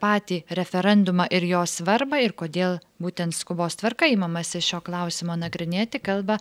patį referendumą ir jo svarbą ir kodėl būtent skubos tvarka imamasi šio klausimo nagrinėti kalba